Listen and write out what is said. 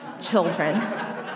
children